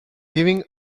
giving